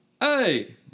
hey